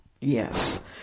Yes